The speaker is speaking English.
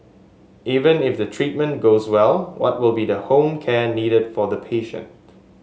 even if the treatment goes well what will be the home care needed for the patient